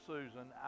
Susan